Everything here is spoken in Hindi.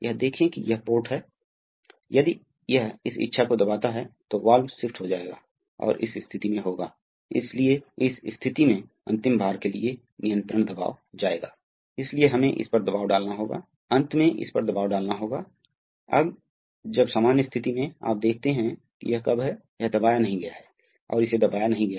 लेकिन एक ही समय में यदि आप एक निश्चित बल प्राप्त करना चाहते हैं तो हमें उच्च दबाव देना होगा अतः यह एक इस पुनर्योजी आकर्षण सर्किट की मूल विशेषता है